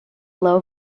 low